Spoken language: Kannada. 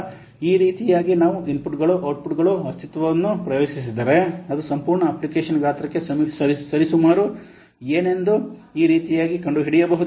ಆದ್ದರಿಂದ ಈ ರೀತಿಯಾಗಿ ನಾವು ಇನ್ಪುಟ್ಗಳು ಔಟ್ಪುಟ್ಗಳು ಅಸ್ತಿತ್ವವನ್ನು ಪ್ರವೇಶಿಸಿದರೆ ಅದು ಸಂಪೂರ್ಣ ಅಪ್ಲಿಕೇಶನ್ ಗಾತ್ರಕ್ಕೆ ಸರಿಸುಮಾರು ಏನೆಂದು ಈ ರೀತಿಯಾಗಿ ಕಂಡುಹಿಡಿಯಬಹುದು